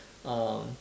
um